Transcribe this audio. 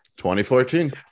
2014